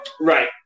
Right